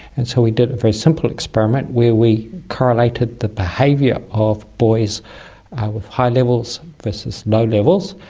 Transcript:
and so we did a very simple experiment where we correlated the behaviour of boys with high levels versus no levels.